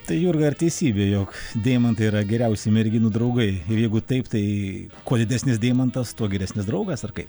tai jurga ar teisybė jog deimantai yra geriausi merginų draugai ir jeigu taip tai kuo didesnis deimantas tuo geresnis draugas ar kai